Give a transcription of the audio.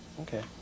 Okay